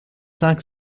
cinq